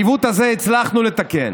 את העיוות הזה הצלחנו לתקן.